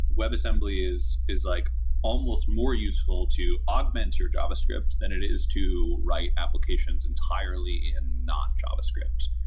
webassembly is is like almost more useful to augment your javascript than it is to write applications entirely in not javascript,